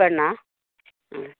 പെണ്ണാണ് ഉം